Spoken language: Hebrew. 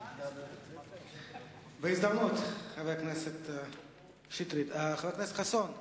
חבר הכנסת יואל חסון.